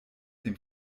dem